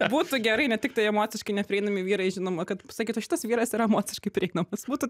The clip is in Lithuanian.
būtų gerai ne tik tai emociškai neprieinami vyrai žinoma kad sakytų šitas vyras yra emociškai prieinamas būtų